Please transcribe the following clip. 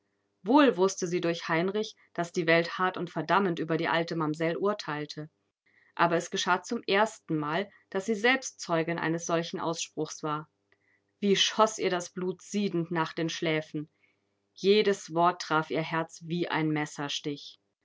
wohl wußte sie durch heinrich daß die welt hart und verdammend über die alte mamsell urteilte aber es geschah zum erstenmal daß sie selbst zeugin eines solchen ausspruchs war wie schoß ihr das blut siedend nach den schläfen jedes wort traf ihr herz wie ein messerstich